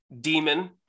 demon